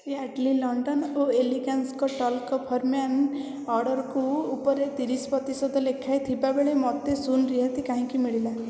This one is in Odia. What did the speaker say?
Yardley London elegance talc for men order ଉପରେ ତିରିଶ ପ୍ରତିଶତ ଲେଖା ଥିବାବେଳେ ମୋତେ ଶୂନ ରିହାତି କାହିଁକି ମିଳିଲା